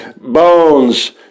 Bones